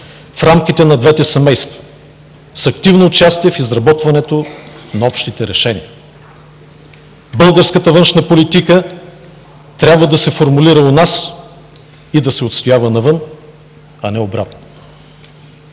в рамките на двете семейства с активно участие в изработването на общите решения. Българската външна политика трябва да се формулира у нас и да се отстоява навън, а не обратното.